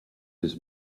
his